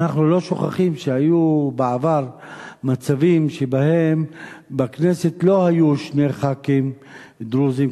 אנחנו לא שוכחים שהיו בעבר מצבים שבהם בכנסת לא היו שני ח"כים דרוזים,